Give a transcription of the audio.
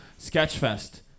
Sketchfest